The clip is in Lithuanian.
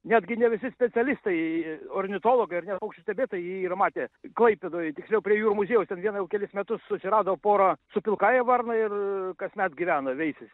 netgi ne visi specialistai ornitologai ar ne paukščių stebėtojai jį yra matę klaipėdoj tiksliau prie jūrų muziejaus ten viena jau kelis metus susirado porą su pilkąja varna ir kasmet gyvena veisiasi